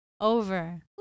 Over